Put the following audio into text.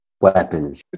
weapons